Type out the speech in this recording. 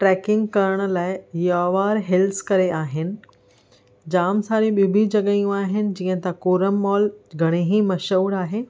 trekking करण लाइ Yeoor hills करे आहिनि जाम सारी ॿियूं बि जॻहियूं आहिनि जीअं त कोरम मॉल घणी मशहूरु आहे